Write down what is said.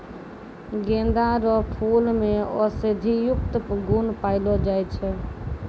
गेंदा रो फूल मे औषधियुक्त गुण पयलो जाय छै